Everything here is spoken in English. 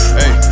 hey